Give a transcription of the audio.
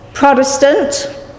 Protestant